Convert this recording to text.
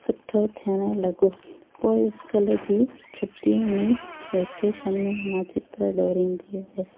सुठो थियणु लॻो पोइ स्कूल जी छुट्टीअ में वेकेशन में मां चित्र दोरींदी हुयसि